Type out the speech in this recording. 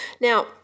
Now